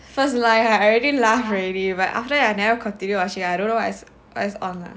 first live right already laugh already but after that I never continue watching I don't know what is online